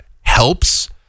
helps